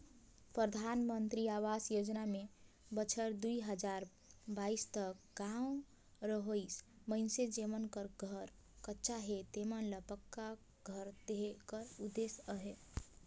परधानमंतरी अवास योजना में बछर दुई हजार बाइस तक गाँव रहोइया मइनसे जेमन कर घर कच्चा हे तेमन ल पक्का घर देहे कर उदेस अहे